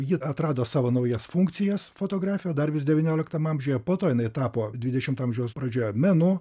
ji atrado savo naujas funkcijas fotografija dar vis devynioliktam amžiuje po to jinai tapo dvidešimto amžiaus pradžioje menu